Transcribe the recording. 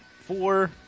four